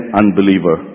unbeliever